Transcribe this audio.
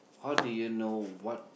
how do you know what